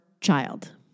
child